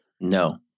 No